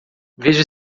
veja